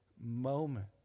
moment